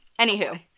Anywho